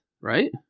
Right